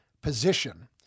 position